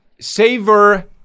Savor-